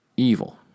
Evil